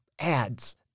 ads